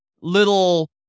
little